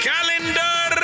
Calendar